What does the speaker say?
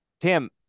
Tim